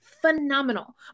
phenomenal